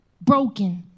broken